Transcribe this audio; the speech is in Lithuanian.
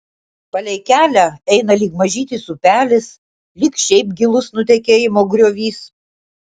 palei kelią eina lyg mažytis upelis lyg šiaip gilus nutekėjimo griovys